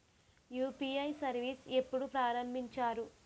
UPI service ఎప్పుడు ప్రారంభించారు?